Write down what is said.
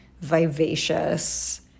vivacious